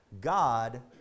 God